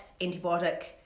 antibiotic